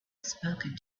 spoken